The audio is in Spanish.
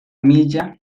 milla